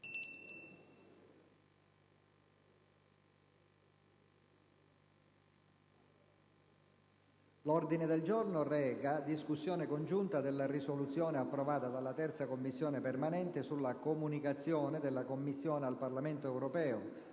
L'ordine del giorno reca la discussione congiunta della Risoluzione della 3a Commissione permanente sulla comunicazione della Commissione al Parlamento europeo,